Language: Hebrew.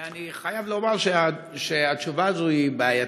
אני חייב לומר שהתשובה הזאת בעייתית,